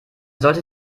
sollte